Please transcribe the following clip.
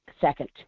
second